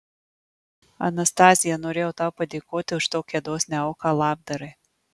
anastazija norėjau tau padėkoti už tokią dosnią auką labdarai